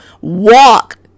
walk